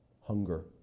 hunger